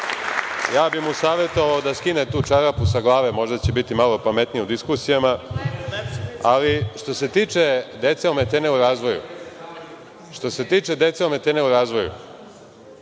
Ja bih mu savetovao da skine tu čarapu sa glave, možda će biti malo pametniji u diskusijama. Što se tiče dece ometene u razvoju,